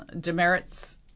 demerits